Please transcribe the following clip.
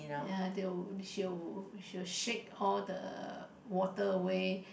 yeah they'll she'll she will shake all the water away